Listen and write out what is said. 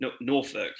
Norfolk